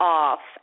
off